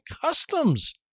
customs